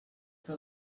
que